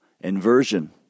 inversion